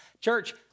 Church